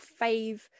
fave